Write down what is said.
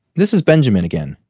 this is benjamin again.